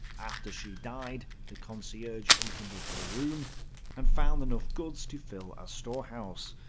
after she died the concierge opened up her room and found enough goods to fill a storehouse.